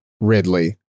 Ridley